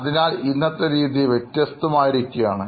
അതിനാൽ ഇന്നത്തെ രീതി വ്യത്യസ്തമായിരിക്കുകയാണ്